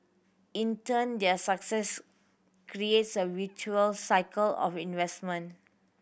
in turn their success creates a virtuous cycle of investment